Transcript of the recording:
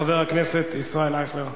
חבר הכנסת ישראל אייכלר.